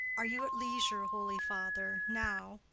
are you at leisure, holy father, now,